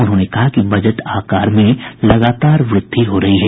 उन्होंने कहा कि बजट आकार में लगातार वृद्धि हो रही है